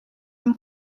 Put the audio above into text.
him